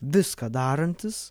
viską darantis